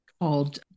called